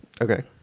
Okay